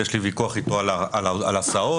על הסעות,